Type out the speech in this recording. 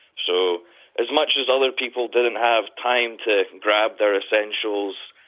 so as much as other people didn't have time to grab their essentials,